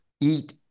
eat